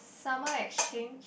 summer exchange